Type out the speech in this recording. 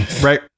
right